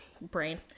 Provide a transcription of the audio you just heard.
brain